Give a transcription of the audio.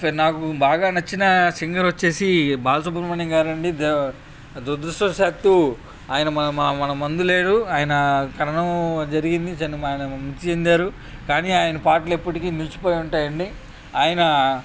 సరే నాకు బాగా నచ్చిన సింగర్ వచ్చి బాలసుబ్రమణ్యం గారండి దురదృష్టవశాత్తు ఆయన మ మన ముందు లేడు ఆయన మరణం జరిగింది చని ఆయన మృతి చెందారు కానీ ఆయన పాటలు ఎప్పటికీ నిలిచిపోయి ఉంటాయండి ఆయన